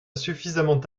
suffisamment